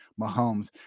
Mahomes